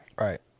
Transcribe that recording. Right